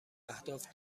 اهداف